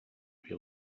where